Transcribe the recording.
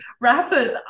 rappers